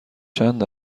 چند